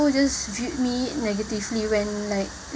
just viewed me negatively when like